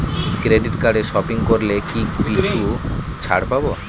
Credit কার্ডে shopping করলে কি কিছু ছাড় পাব?